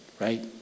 Right